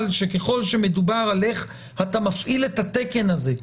שככל שמדובר על איך אתה מפעיל את התקן הזה,